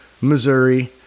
Missouri